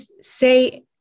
say